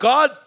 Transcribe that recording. God